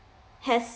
has